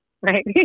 right